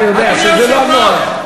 אתה יודע שזה לא הנוהל.